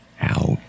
out